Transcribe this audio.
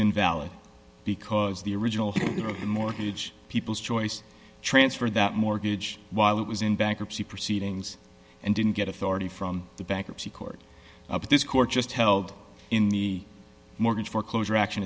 invalid because the original mortgage people's choice transferred that mortgage while it was in bankruptcy proceedings and didn't get authority from the bankruptcy court but this court just held in the mortgage foreclosure action